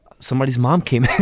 somebodys mom came